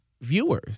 Viewers